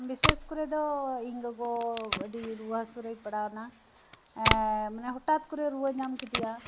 ᱵᱤᱥᱮᱥ ᱠᱚᱨᱮ ᱫᱚ ᱤᱧ ᱜᱚᱜᱚ ᱟ ᱰᱤ ᱨᱩᱣᱟᱹ ᱦᱟ ᱥᱩ ᱨᱮ ᱯᱟᱲᱟᱣ ᱮᱱᱟ ᱟᱨ ᱢᱟᱱᱮ ᱦᱚᱴᱟᱛ ᱠᱚᱨᱮ ᱨᱩᱣᱟᱹ ᱧᱟᱢ ᱠᱮᱫᱮᱭᱟ